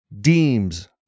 deems